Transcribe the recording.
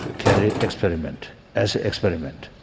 ah carry experiment as an experiment